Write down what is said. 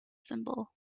symbol